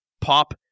Pop